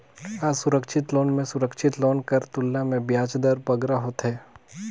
असुरक्छित लोन में सुरक्छित लोन कर तुलना में बियाज दर बगरा होथे